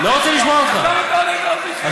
גם מי שבא ואומר "אני נגד הכיבוש בשטחים הכבושים",